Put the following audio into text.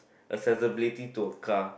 accessibility to a car